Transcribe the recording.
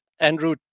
Andrew